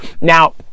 Now